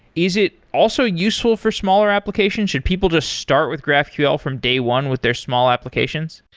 is it also useful for smaller applications? should people just start with graphql from day one with their small applications?